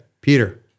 peter